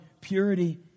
purity